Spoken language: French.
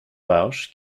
rauch